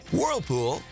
Whirlpool